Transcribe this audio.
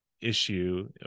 issue